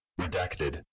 Redacted